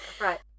Right